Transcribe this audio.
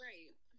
Right